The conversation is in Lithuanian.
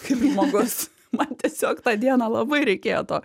kaip žmogus man tiesiog tą dieną labai reikėjo to